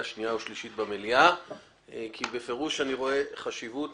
שנייה ושלישית במליאה כי בפירוש אני רואה חשיבות